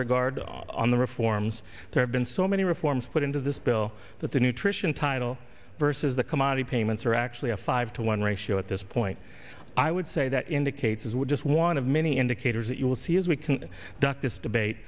regard to on the reforms that have been so many reforms put into this bill that the nutrition title versus the commodity payments are actually a five to one ratio at this point i would say that indicates as we're just one of many indicators that you will see as we can duck this debate